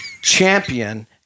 champion